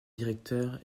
directeur